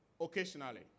Occasionally